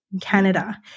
Canada